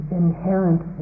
inherent